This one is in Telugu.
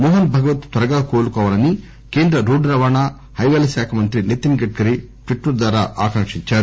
మోహన్ భగవత్ త్వరగా కోలుకోవాలని కేంద్ర రోడ్డు రవాణా హైపేల శాఖ మంత్రి నితిన్ గడ్కరీ ట్విట్టర్ ద్వారా ఆకాంకించారు